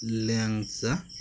ল্যাংচা